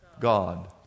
God